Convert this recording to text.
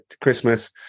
christmas